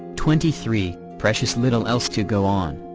twenty three, precious little else to go on.